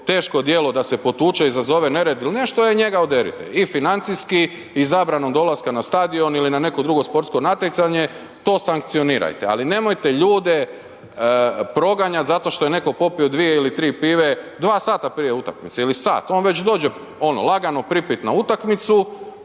teško djelo da se potuče, izazove nered il nešto, e njega oderite. I financijski i zabranom dolaska na stadion ili na neko drugo sportsko natjecanje, to sankcionirajte, ali nemojte ljude proganjat zato što je netko popio 2 ili 3 pive. Dva sata prije utakmice ili sat on već dođe ono lagano pripit na utakmicu